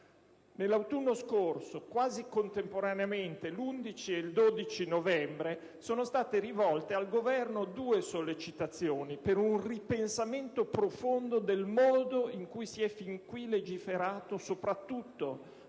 Nell'autunno scorso, quasi contemporaneamente, l'11 e il 12 novembre, sono state rivolte al Governo due sollecitazioni per un ripensamento profondo del modo in cui si è fin qui legiferato, soprattutto ma